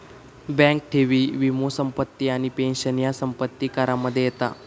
bank ठेवी, वीमो, संपत्ती आणि पेंशन ह्या संपत्ती करामध्ये येता